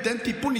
ניתן טיפול,